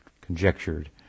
conjectured